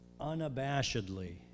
unabashedly